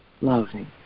loving